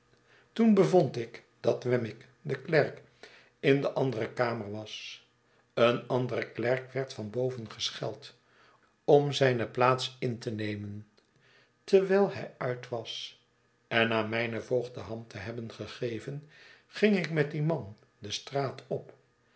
toen bevond ik dat wemmick de klerk in de andere kamer was een andere klerk werd van boven geseheld om zijne plaats in tenemen terwijl hij uit was en na mijn voogd de hand te hebben gegeven ging ik met dien man de straat op